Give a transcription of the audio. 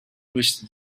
reached